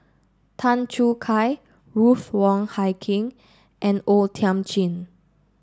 Tan Choo Kai Ruth Wong Hie King and O Thiam Chin